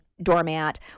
doormat